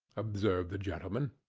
observed the gentleman.